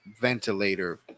ventilator